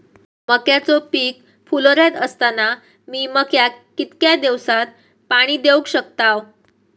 मक्याचो पीक फुलोऱ्यात असताना मी मक्याक कितक्या दिवसात पाणी देऊक शकताव?